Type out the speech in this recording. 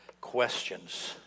questions